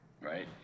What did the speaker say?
right